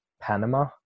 Panama